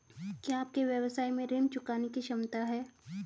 क्या आपके व्यवसाय में ऋण चुकाने की क्षमता है?